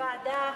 ועדה.